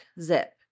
Zip